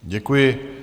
Děkuji.